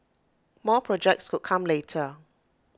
more projects could come later